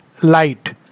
light